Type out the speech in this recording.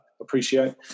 appreciate